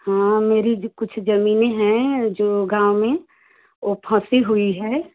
हाँ मेरी जो कुछ ज़मीनें हैं जो गाँव में वह फँसी हुई है